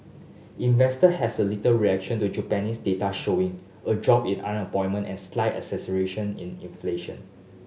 investor has a little reaction to Japanese data showing a drop in unemployment and slight acceleration in inflation